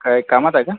काही कामात आहे का